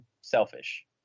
selfish